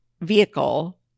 vehicle